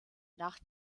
nach